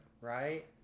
Right